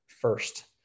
first